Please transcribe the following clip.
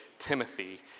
Timothy